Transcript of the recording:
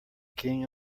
king